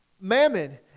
mammon